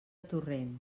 torrent